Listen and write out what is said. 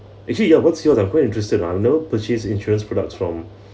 actually ya what's here ah I'm quite interested ah I've never purchased insurance products from